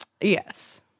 Yes